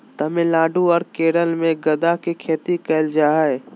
तमिलनाडु आर केरल मे गदा के खेती करल जा हय